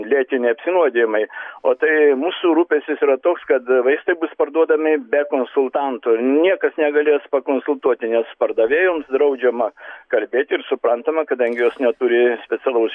lėtiniai apsinuodijimai o tai mūsų rūpestis yra toks kad vaistai bus parduodami be konsultanto niekas negalės pakonsultuoti nes pardavėjoms draudžiama kalbėti ir suprantama kadangi jos neturi specialaus